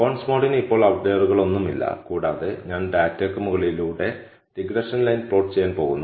ബോണ്ട്സ്മോഡിന് ഇപ്പോൾ ഔട്ട്ലയറുകളൊന്നുമില്ല കൂടാതെ ഞാൻ ഡാറ്റയ്ക്ക് മുകളിലൂടെ റിഗ്രഷൻ ലൈൻ പ്ലോട്ട് ചെയ്യാൻ പോകുന്നു